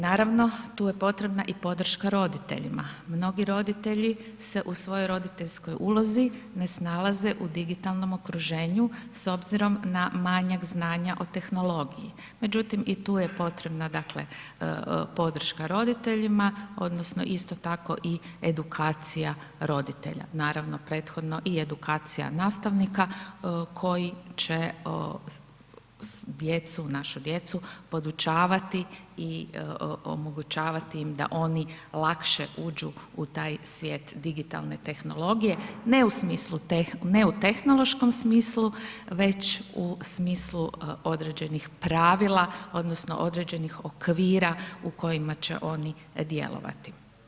Naravno, tu je potrebna i podrška roditeljima, mnogi roditelji se u svojoj roditeljskoj ulozi ne snalaze u digitalnom okruženju s obzirom na manjak znanja o tehnologiji međutim i tu je potrebna dakle podrška roditeljima odnosno isto tako i edukacija roditelja, naravno prethodno i edukacija nastavnika koji će djecu, našu djecu podučavati i omogućavati im da oni lakše uđu u taj svijet digitalne tehnologije ne u tehnološkom smislu već u smislu određenih pravila odnosno određenih okvira u kojima će oni djelovati.